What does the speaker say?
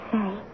say